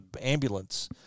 ambulance